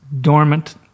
dormant